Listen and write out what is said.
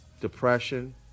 depression